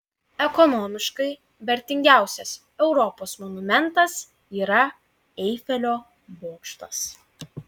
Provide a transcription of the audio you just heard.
ekonomiškai vertingiausias europos monumentas yra eifelio bokštas